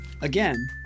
Again